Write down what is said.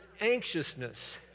anxiousness